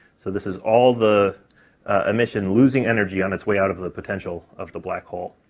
so this is all the emission losing energy on its way out of the potential of the black hole.